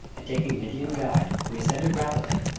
and taking an indian guide, we ascended rapidly,